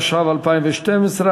התשע"ב 2012,